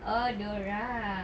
oh dorang